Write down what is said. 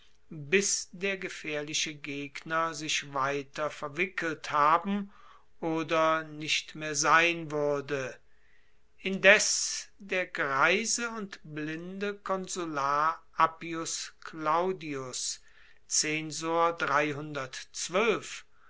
bis der gefaehrliche gegner sich weiter verwickelt haben oder nicht mehr sein wuerde indes der greise und blinde konsular appius claudius